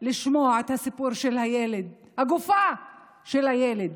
לשמוע את הסיפור של הילד, הגופה של הילד